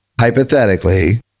hypothetically